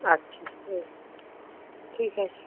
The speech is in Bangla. আচ্ছা হুম ঠিক আছে